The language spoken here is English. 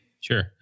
Sure